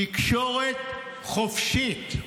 תקשורת חופשית.